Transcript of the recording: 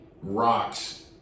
rocks